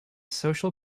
social